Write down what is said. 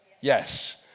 Yes